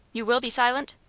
you will be silent?